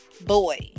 boy